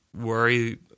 worry